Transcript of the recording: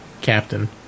captain